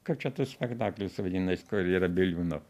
kaip čia tas spektaklis vadinas kur yra biliūno